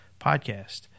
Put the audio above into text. podcast